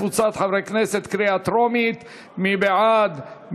הצעת החוק עברה בקריאה טרומית ותועבר לוועדת